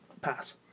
Pass